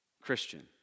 Christian